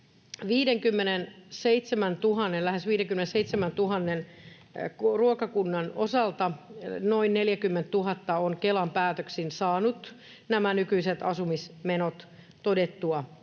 lähes 57 000 ruokakunnasta noin 40 000 on Kelan päätöksin saanut nämä nykyiset asumismenot todettua